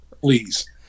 please